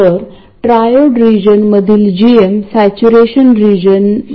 तर आपण काही रेझिस्टर वापरून VGS0 ला कनेक्ट केले होते आणि कॅपेसिटर वापरून सिग्नल सोर्स